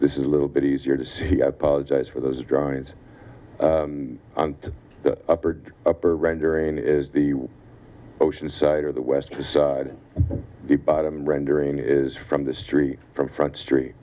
this is a little bit easier to see i apologize for those drawings on the upper deck upper rendering is the oceanside or the west side the bottom rendering is from the street from front street